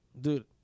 dude